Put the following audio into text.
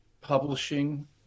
publishing